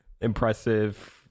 impressive